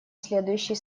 следующий